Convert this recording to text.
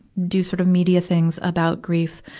do sort of media things about grief,